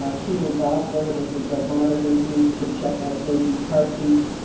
ah fetal doppler which is a monitor used to check on a baby's heartbeat,